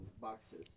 boxes